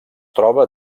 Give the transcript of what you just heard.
troba